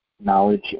knowledge